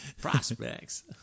Prospects